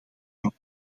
erop